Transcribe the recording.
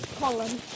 Colin